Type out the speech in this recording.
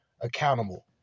accountable